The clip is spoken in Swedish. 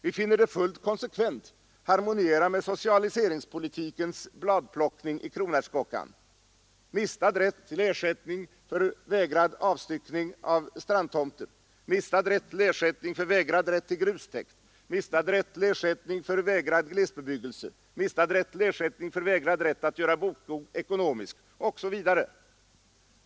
Vi finner det fullt konsekvent harmoniera med socialiseringspolitikens bladplockning i kronärtskockan: mistad rätt till ersättning för vägrad avstyckning av strandtomter, mistad rätt till ersättning för vägrad rätt till grustäkt, mistad rätt till ersättning för vägrad glesbebyggelse, mistad rätt till ersättning för vägrad rätt att göra bokskog ekonomisk osv.